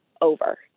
over